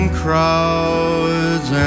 crowds